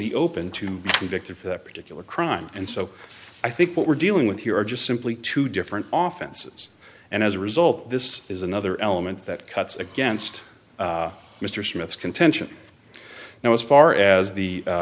the open to be convicted for that particular crime and so i think what we're dealing with here are just simply two different offices and as a result this is another element that cuts against mr smith's contention now as far as the